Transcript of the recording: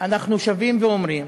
ואנחנו שבים ואומרים